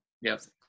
Yes